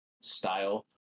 style